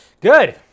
Good